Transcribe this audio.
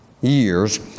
years